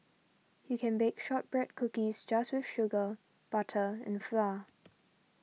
you can bake Shortbread Cookies just with sugar butter and flour